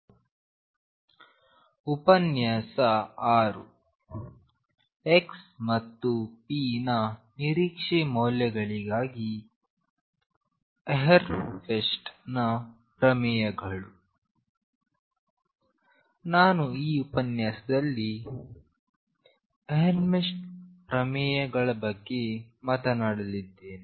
X ಮತ್ತು p ನ ನಿರೀಕ್ಷೆ ಮೌಲ್ಯಗಳಿಗಾಗಿ ಎಹ್ರೆನ್ಫೆಸ್ಟ್ ನ ಪ್ರಮೇಯಗಳು ಈ ಉಪನ್ಯಾಸದಲ್ಲಿ ನಾನು ಎಹ್ರೆನ್ಫೆಸ್ಟ್ ಪ್ರಮೇಯಗಳ ಬಗ್ಗೆ ಮಾತನಾಡಲಿದ್ದೇನೆ